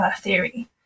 theory